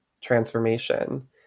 transformation